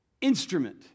instrument